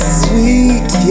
sweet